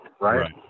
right